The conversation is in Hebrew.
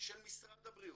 של משרד הבריאות,